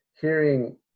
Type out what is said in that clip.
hearing